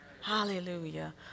hallelujah